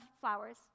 flowers